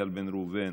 איל בן ראובן,